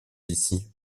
ici